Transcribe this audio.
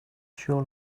sure